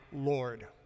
Lord